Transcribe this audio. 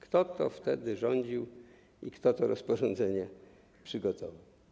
Kto wtedy rządził i kto to rozporządzenie przygotował?